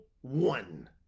One